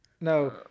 no